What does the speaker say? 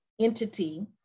entity